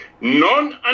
None